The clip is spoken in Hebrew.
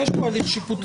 כי יש פה הליך שיפוטי.